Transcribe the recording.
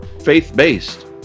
faith-based